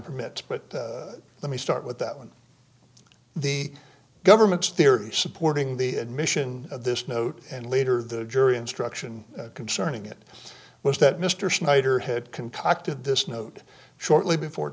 permits but let me start with that one the government's theory supporting the admission of this note and later the jury instruction concerning it was that mr snyder had concocted this note shortly before